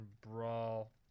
brawl